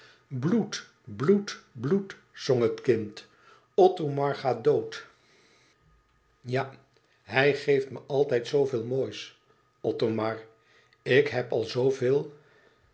bloed bloed bloed zong het kind othomar gaat dood ja hij geeft me altijd zooveel moois othomar ik heb al zooveel